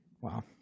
Wow